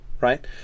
Right